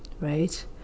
right